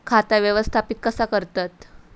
खाता व्यवस्थापित कसा करतत?